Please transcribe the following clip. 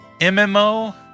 mmo